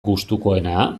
gustukoena